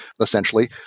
essentially